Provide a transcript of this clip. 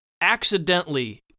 accidentally